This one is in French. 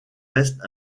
reste